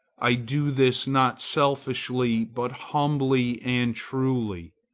i do this not selfishly but humbly and truly.